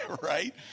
right